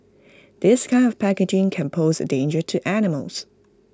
this kind of packaging can pose A danger to animals